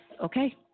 Okay